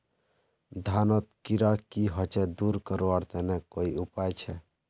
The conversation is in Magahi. धानोत कीड़ा की होचे दूर करवार तने की उपाय छे?